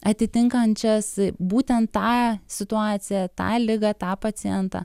atitinkančias būtent tą situaciją tą ligą tą pacientą